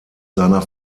seiner